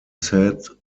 said